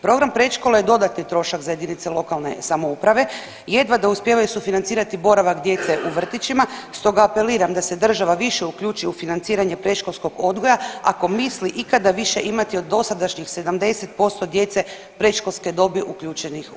Program predškole dodatni je trošak za jedinice lokalne samouprave, jedva da uspijevaju financirati boravak djece u vrtićima, stoga apeliram da se država više uključi u financiranje predškolskog odgoja ako misli ikada više imati od dosadašnjih 70% djece predškole dobi uključenih u sustav.